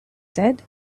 said